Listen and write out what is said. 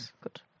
good